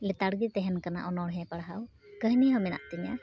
ᱞᱮᱛᱟᱲ ᱜᱮ ᱛᱟᱦᱮᱱ ᱠᱟᱱᱟ ᱚᱱᱚᱲᱦᱮ ᱫᱚ ᱠᱟᱹᱦᱤᱱᱤ ᱦᱚᱸ ᱢᱮᱱᱟ ᱛᱤᱧᱟᱹ